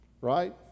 Right